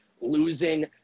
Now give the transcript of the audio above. losing